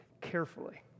carefully